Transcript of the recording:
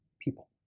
people